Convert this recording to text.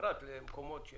פרט למקומות של